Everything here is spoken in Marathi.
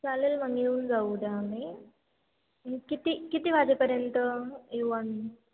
चालेल मग येऊन जाऊ उद्या आम्ही किती किती वाजेपर्यंत येऊ आम्